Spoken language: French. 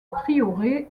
prieuré